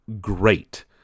great